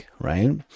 right